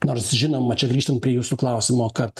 nors žinoma čia grįžtant prie jūsų klausimo kad